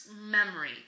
memory